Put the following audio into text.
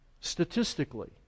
Statistically